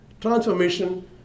transformation